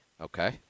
okay